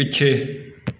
ਪਿੱਛੇ